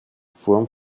form